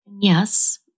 Yes